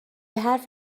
حرف